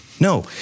No